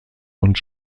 und